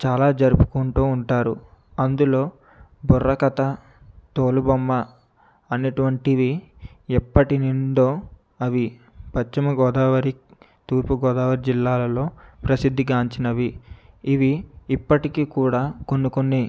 చాలా జరుపుకుంటూ ఉంటారు అందులో బుర్రకథ తోలుబొమ్మ అనేటువంటివి ఎప్పటినుండో అవి పశ్చిమ గోదావరి తూర్పు గోదావరి జిల్లాలలో ప్రసిద్ధి గాంచినవి ఇవి ఇప్పటికి కూడా కొన్ని కొన్ని